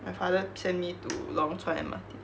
my father send me to lorong chuan M_R_T